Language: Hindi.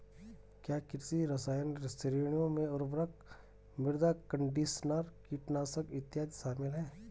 क्या कृषि रसायन श्रेणियों में उर्वरक, मृदा कंडीशनर, कीटनाशक इत्यादि शामिल हैं?